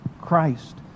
Christ